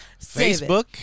Facebook